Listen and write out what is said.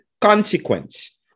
consequence